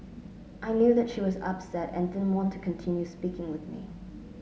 I knew that she was upset and didn't want to continue speaking with me